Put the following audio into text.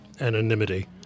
anonymity